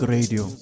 Radio